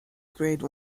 grade